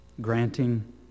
granting